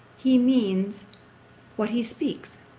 he means what he speaks